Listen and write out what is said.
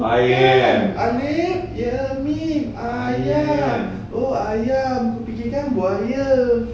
alif ye mim ayam oh ayam fikir kan buaya